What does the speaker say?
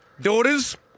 daughters